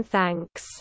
Thanks